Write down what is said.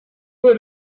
would